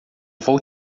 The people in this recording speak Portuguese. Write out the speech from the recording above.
vou